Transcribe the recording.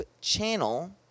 channel